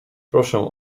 proszę